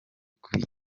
kuri